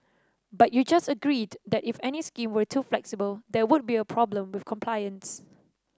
but you just agreed that if any scheme were too flexible there would be a problem with compliance